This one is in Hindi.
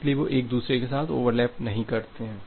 इसलिए वे एक दूसरे के साथ ओवरलैप नहीं करते हैं